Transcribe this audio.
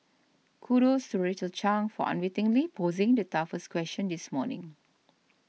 kudos to Rachel Chang for unwittingly posing the toughest question this morning